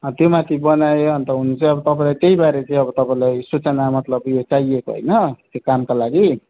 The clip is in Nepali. त्यो माथि बनाएँ अन्त हुनु चाहिँ तपाईँलाई त्यहीबारे अब तपाईँलाई चाहिँ सूचना मतलब चाहिएको होइन त्यो कामका लागि